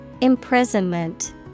Imprisonment